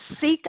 seek